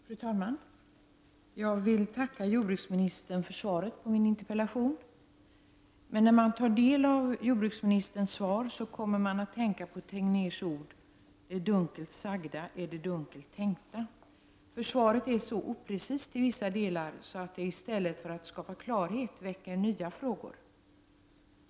Fru talman! Jag vill tacka jordbruksministern för svaret på min interpellation, men när man tar del av jordbruksministerns svar kommer man att tänka på Tegnérs ord ”Det dunkelt sagda är det dunkelt tänkta”. Svaret är så oprecist i vissa delar att det i stället för att skapa klarhet väcker nya frågor.